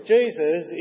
Jesus